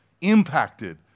impacted